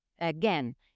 Again